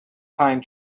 pine